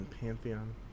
Pantheon